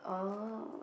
oh